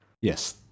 yes